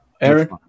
Eric